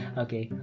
okay